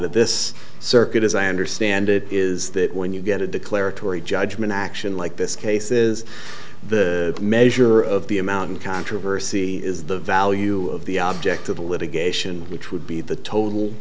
of this circuit as i understand it is that when you get a declaratory judgment action like this case is the measure of the amount in controversy is the value of the object of the litigation which would be the total